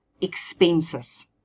expenses